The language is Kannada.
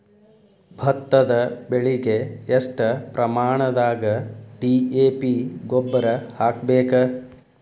ಭತ್ತದ ಬೆಳಿಗೆ ಎಷ್ಟ ಪ್ರಮಾಣದಾಗ ಡಿ.ಎ.ಪಿ ಗೊಬ್ಬರ ಹಾಕ್ಬೇಕ?